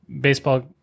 baseball